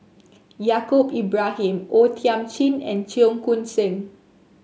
Yaacob Ibrahim O Thiam Chin and Cheong Koon Seng